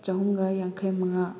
ꯆꯍꯨꯝꯒ ꯌꯥꯡꯈꯩ ꯃꯉꯥ